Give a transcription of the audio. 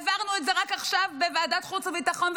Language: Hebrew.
העברנו את זה רק עכשיו בוועדת חוץ וביטחון,